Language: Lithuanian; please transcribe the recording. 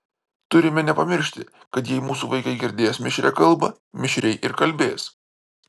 turime nepamiršti kad jei mūsų vaikai girdės mišrią kalbą mišriai ir kalbės